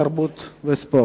התרבות והספורט.